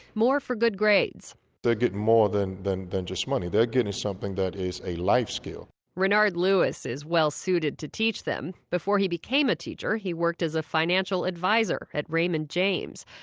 more for good grades they're getting more than than just money. they're getting something that is a life skill renard lewis is well-suited to teach them. before he became a teacher, he worked as a financial advisor at raymond james.